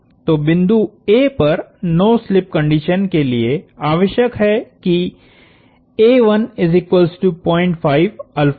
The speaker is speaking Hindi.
तो बिंदु A पर नो स्लिप कंडीशन के लिए आवश्यक है की हो